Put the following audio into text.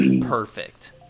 perfect